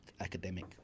academic